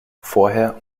vorher